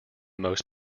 most